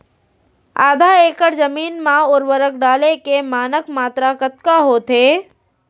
आधा एकड़ जमीन मा उर्वरक डाले के मानक मात्रा कतका होथे?